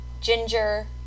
ginger